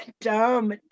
dumb